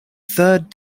third